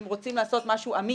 אם רוצים לעשות משהו אמיץ,